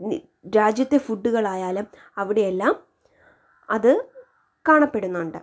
രാജ്യത്തെ ഫുഡ്ഡുകളായാലും അവിടെയെല്ലാം അത് കാണപ്പെടുന്നുണ്ട്